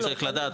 הוא צריך לדעת,